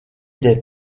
des